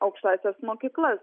aukštąsias mokyklas